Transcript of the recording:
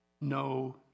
no